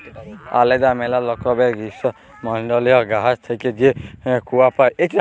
আলেদা ম্যালা রকমের গীষ্মমল্ডলীয় গাহাচ থ্যাইকে যে কূয়া পাই